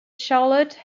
charlotte